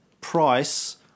price